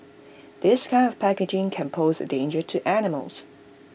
this kind of packaging can pose A danger to animals